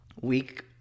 week